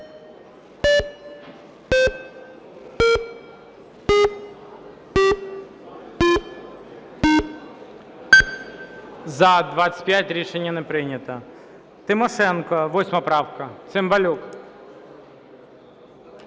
За-25 Рішення не прийнято. Тимошенко, 8 правка. Цимбалюк.